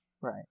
right